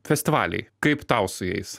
festivaliai kaip tau su jais